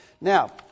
Now